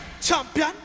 Champion